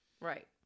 right